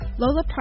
Lola